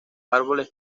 árboles